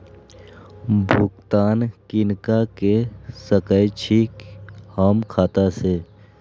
भुगतान किनका के सकै छी हम खाता से?